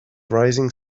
rising